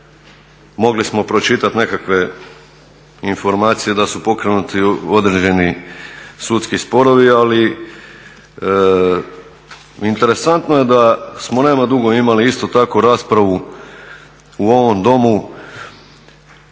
Mogli smo pročitati nekakve informacije da su pokrenuti određeni sudski sporovi, ali interesantno je da smo, nema dugo, imali isto tako raspravu u ovom Domu